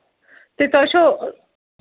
تہٕ تۄہہِ چھو